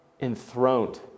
enthroned